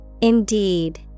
Indeed